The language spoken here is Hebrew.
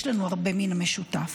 יש לנו הרבה במשותף".